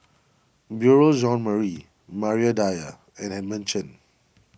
Beurel Marie Maria Dyer and Edmund Chen